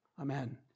Amen